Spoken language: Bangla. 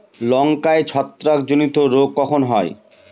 লঙ্কায় ছত্রাক জনিত রোগ কখন হয়?